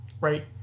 right